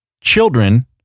children